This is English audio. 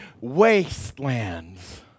wastelands